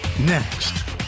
next